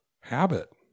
habit